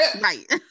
right